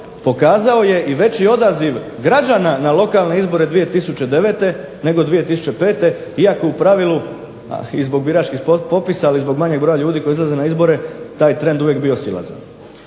pokazao je i veći odaziv građana na lokalne izbore 2009. nego 2005. iako u pravilu i zbog biračkih popisa, ali i zbog manjeg broja ljudi koji izlaze na izbore taj trend uvijek bio silazan.